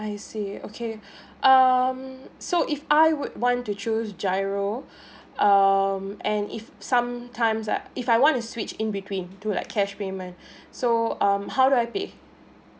I see okay um so if I would want to choose GIRO um and if some times I if I wanna switch in between to like cash payment so um how do I pay